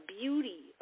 beauty